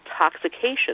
intoxication